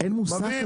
אין מושג כזה אבל.